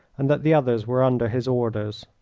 and that the others were under his orders.